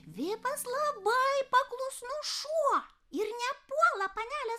vipas labai paklusnus šuo ir nepuola panelės